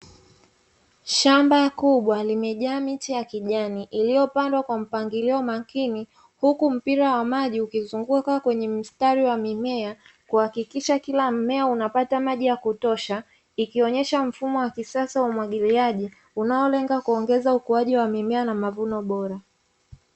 Shamba kubwa limejaa miti ya kijani iliyopandwa kwa mpangilio makini huku mpira wa maji ukizunguka kwenye mstari wa mimea, kuhakikisha kila mmea unapata maji ya kutosha ikionyesha mfumo wa kisasa wa umwagiliaji unaolenga kuongeza ukuaji wa mimea na mavuno bora.